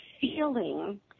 feeling